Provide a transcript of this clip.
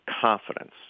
confidence